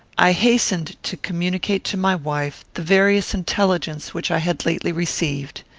i hastened to communicate to my wife the various intelligence which i had lately received.